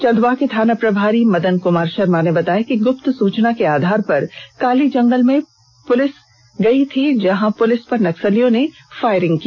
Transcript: चंदवा के थाना प्रभारी मदन कुमार शर्मा ने बताया कि गुप्त सूचना के आधार पर काली जंगल में पुलिस पर नक्सलियों ने फायरिंग की